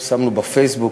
שמנו בפייסבוק,